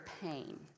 pain